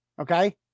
Okay